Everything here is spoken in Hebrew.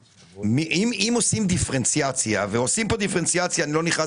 אם עושים דיפרנציאציה ועושים כאן דיפרנציאציה ואני לא נכנס